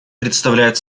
представляет